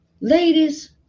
ladies